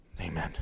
Amen